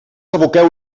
aboqueu